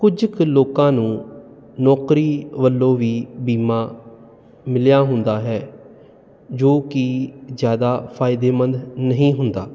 ਕੁਝ ਕੁ ਲੋਕਾਂ ਨੂੰ ਨੌਕਰੀ ਵੱਲੋਂ ਵੀ ਬੀਮਾ ਮਿਲਿਆ ਹੁੰਦਾ ਹੈ ਜੋ ਕਿ ਜਿਆਦਾ ਫਾਇਦੇਮੰਦ ਨਹੀਂ ਹੁੰਦਾ